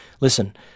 listen